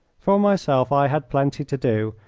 for myself i had plenty to do,